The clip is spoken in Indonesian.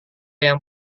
yang